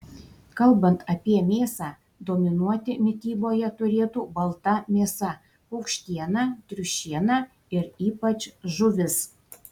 kalbant apie mėsą dominuoti mityboje turėtų balta mėsa paukštiena triušiena ir ypač žuvis